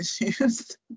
issues